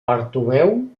bartomeu